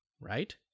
right